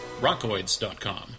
rockoids.com